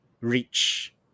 reach